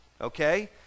okay